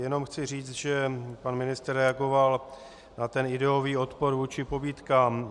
Jenom chci říct, že pan ministr reagoval na ten ideový odpor vůči pobídkám.